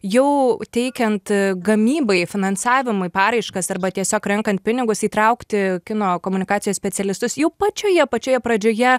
jau teikiant gamybai finansavimui paraiškas arba tiesiog renkant pinigus įtraukti kino komunikacijos specialistus jau pačioje pačioje pradžioje